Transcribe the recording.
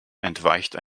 entweicht